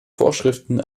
vorschriften